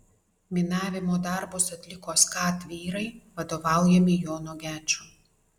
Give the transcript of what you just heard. minavimo darbus atliko skat vyrai vadovaujami jono gečo